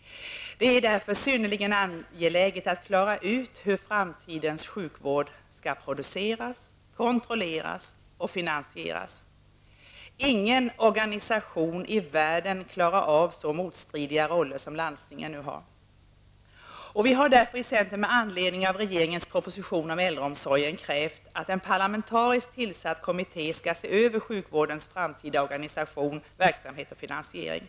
Det är därför synnerligen angeläget att klara ut hur framtidens sjukvård skall produceras, kontrolleras och finansieras. Ingen organisation i världen klarar av så motstridiga roller som landstingen nu har. Vi har därför i centern med anledning av regeringens proposition om äldreomsorgen krävt att en parlamentariskt tillsatt kommitté skall se över sjukvårdens framtida organisation, verksamhet och finansiering.